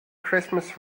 christmas